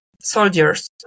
soldiers